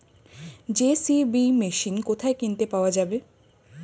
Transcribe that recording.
JCB machine কোথায় কিনতে পাওয়া যাবে?